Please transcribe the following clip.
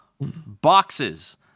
boxes